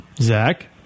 Zach